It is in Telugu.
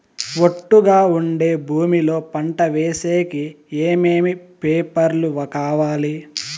ఒట్టుగా ఉండే భూమి లో పంట వేసేకి ఏమేమి పేపర్లు కావాలి?